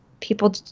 people